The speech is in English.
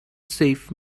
save